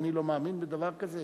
אדוני לא מאמין בדבר כזה?